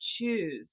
choose